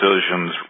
decisions